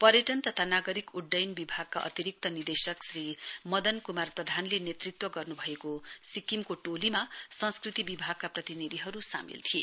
पर्यटन तथा नागरिक उड्डयन विभागका अतिरिक्त निदेशक श्री मदन कुमार नेतृत्व गर्नुभएको सिक्किमको टोलीमा संस्कृति विभागका प्रतिनिधिहरु सामेल थिए